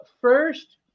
first